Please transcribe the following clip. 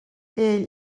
ell